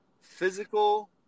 physical